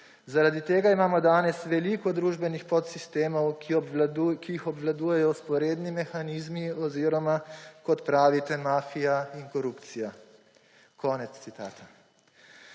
Zaradi tega imamo danes veliko družbenih podsistemov, ki jih obvladujejo vzporedni mehanizmi oziroma, kot pravite, mafija in korupcija.« Konec citata.